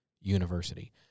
university